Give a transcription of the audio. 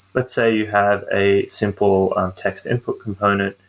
let's say you have a simple text input component.